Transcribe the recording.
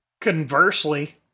Conversely